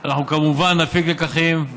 אנחנו כמובן נפיק לקחים,